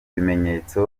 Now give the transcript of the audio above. bimenyetso